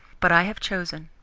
but i have chosen,